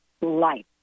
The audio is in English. life